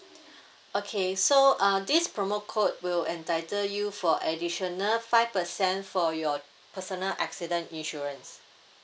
okay so uh this promo code will entitle you for additional five percent for your personal accident insurance